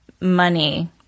money